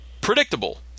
predictable